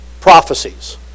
prophecies